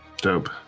Dope